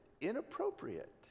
inappropriate